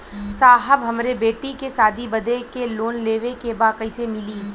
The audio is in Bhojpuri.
साहब हमरे बेटी के शादी बदे के लोन लेवे के बा कइसे मिलि?